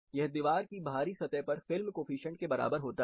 यह दीवार की बाहरी सतह पर फिल्म कोफिशिएंट के बराबर है